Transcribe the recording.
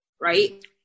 Right